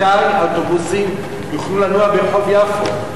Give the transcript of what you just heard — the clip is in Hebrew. מתי האוטובוסים יוכלו לנוע ברחוב יפו?